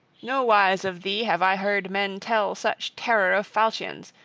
no wise of thee have i heard men tell such terror of falchions,